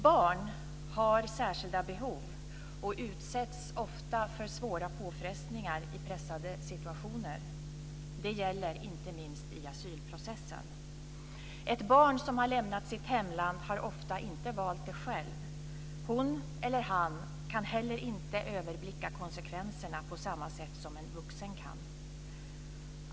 Barn har särskilda behov och utsätts ofta för svåra påfrestningar i pressade situationer. Detta gäller inte minst i asylprocessen. Ett barn som har lämnat sitt hemland har ofta inte valt det själv. Hon eller han kan heller inte överblicka konsekvenserna på samma sätt som en vuxen kan.